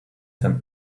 send